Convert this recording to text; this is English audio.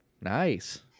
Nice